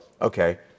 okay